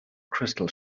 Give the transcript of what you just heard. crystal